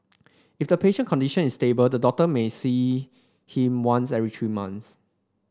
if the patient condition is stable the doctor may see him once every three months